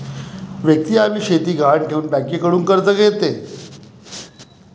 व्यक्ती आपली शेती गहाण ठेवून बँकेकडून कर्ज घेते